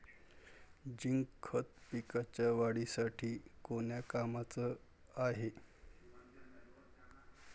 Zinc खत पिकाच्या वाढीसाठी कोन्या कामाचं हाये?